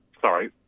sorry